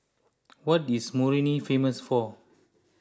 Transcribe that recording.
what is Moroni famous for